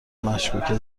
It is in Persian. مشکوکه